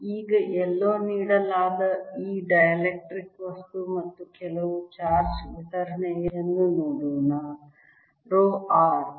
ಈಗ ಎಲ್ಲೋ ನೀಡಲಾದ ಈ ಡೈಎಲೆಕ್ಟ್ರಿಕ್ ವಸ್ತು ಮತ್ತು ಕೆಲವು ಚಾರ್ಜ್ ವಿತರಣೆಯನ್ನು ನೋಡೋಣ ರೋ r